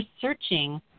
searching